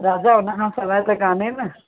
राजा हुन खां सवाइ त काने न